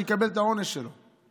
שיקבל את העונש שלו.